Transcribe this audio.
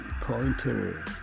pointer